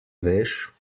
veš